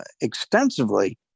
extensively